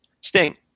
Sting